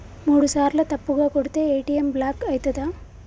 మూడుసార్ల తప్పుగా కొడితే ఏ.టి.ఎమ్ బ్లాక్ ఐతదా?